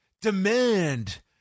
demand